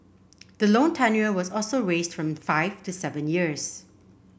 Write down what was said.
the loan tenure was also raised from five to seven years